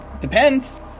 Depends